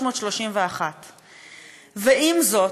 331. ועם זאת,